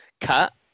cut